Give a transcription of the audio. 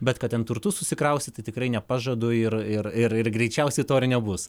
bet kad ten turtu susikraustyti tikrai nepažadu ir ir ir ir greičiausiai to nebus